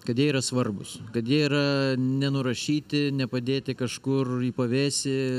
kad jie yra svarbūs kad jie yra nenurašyti nepadėti kažkur į pavėsį